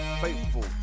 faithful